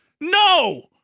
No